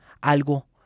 algo